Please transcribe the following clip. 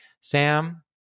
Sam